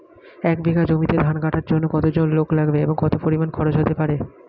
এক বিঘা জমিতে ধান কাটার জন্য কতজন লোক লাগবে এবং কত পরিমান খরচ হতে পারে?